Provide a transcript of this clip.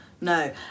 no